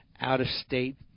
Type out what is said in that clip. out-of-state